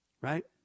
Right